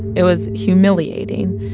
it was humiliating.